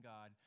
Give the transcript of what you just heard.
God